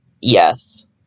Yes